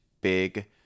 big